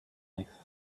life